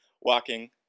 Walking